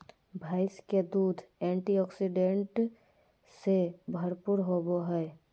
भैंस के दूध एंटीऑक्सीडेंट्स से भरपूर होबय हइ